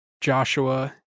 Joshua